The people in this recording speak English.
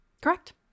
Correct